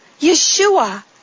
Yeshua